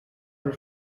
her